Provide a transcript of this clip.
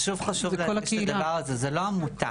זה שוב חשוב להדגיש את הדבר הזה, זו לא עמותה.